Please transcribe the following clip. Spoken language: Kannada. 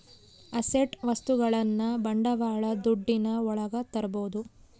ಅಸೆಟ್ ವಸ್ತುಗಳನ್ನ ಬಂಡವಾಳ ದುಡ್ಡಿನ ಒಳಗ ತರ್ಬೋದು